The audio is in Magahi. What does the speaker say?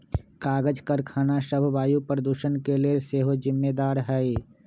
कागज करखना सभ वायु प्रदूषण के लेल सेहो जिम्मेदार हइ